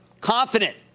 Confident